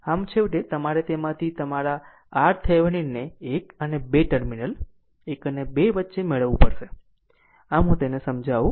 આમ છેવટે તમારે તેમાંથી તમારે તમારા RThevenin ને 1 અને 2 ટર્મિનલ 1 અને 2 વચ્ચે મેળવવું પડશે આમ હું તેને સમજાવું